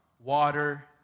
water